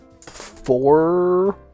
four